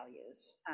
values